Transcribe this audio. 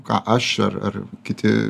ką aš ar ar kiti